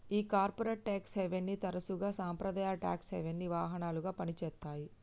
ఈ corporate tax హేవెన్ని తరసుగా సాంప్రదాయ టాక్స్ హెవెన్సి వాహనాలుగా పని చేత్తాయి